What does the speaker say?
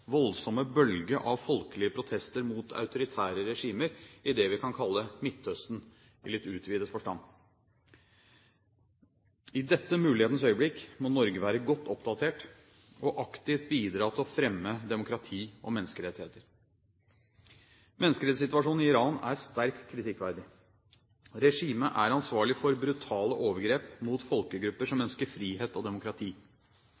voldsomme bølge av folkelige protester mot autoritære regimer i det vi kan kalle Midtøsten i litt utvidet forstand. I dette mulighetens øyeblikk må Norge være godt oppdatert og aktivt bidra til å fremme demokrati og menneskerettigheter. Menneskerettssituasjonen i Iran er sterkt kritikkverdig. Regimet er ansvarlig for brutale overgrep mot folkegrupper som